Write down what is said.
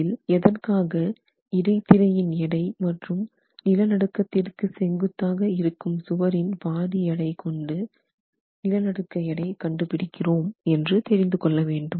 இதில் எதற்காக இடைத்திரையின் எடை மற்றும் நிலநடுக்கத்திற்கு செங்குத்தாக இருக்கும் சுவரின் பாதி எடை கொண்டு நிலநடுக்க எடை கண்டுபிடிக்கிறோம் என்று தெரிந்து கொள்ள வேண்டும்